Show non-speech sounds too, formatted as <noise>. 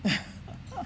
<laughs>